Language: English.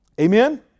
Amen